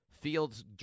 Fields